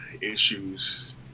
issues